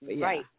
Right